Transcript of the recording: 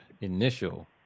initial